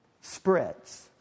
spreads